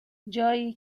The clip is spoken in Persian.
جایی